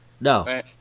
No